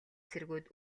цэргүүд